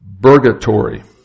Burgatory